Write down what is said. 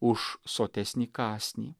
už sotesnį kąsnį